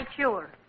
sure